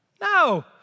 No